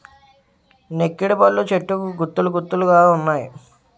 నెక్కిడిపళ్ళు చెట్టుకు గుత్తులు గుత్తులు గావున్నాయి